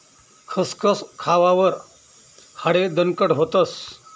खसखस खावावर हाडे दणकट व्हतस